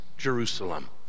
Jerusalem